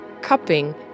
cupping